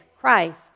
Christ